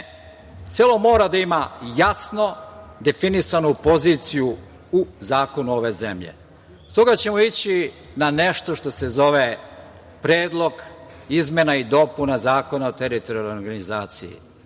Selo mora da ima jasno definisanu poziciju u zakonu ove zemlje. Stoga ćemo ići na nešto što se zove – predlog izmena i dopuna Zakona o teritorijalnoj organizaciji.